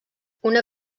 una